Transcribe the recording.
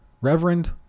reverend